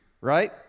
Right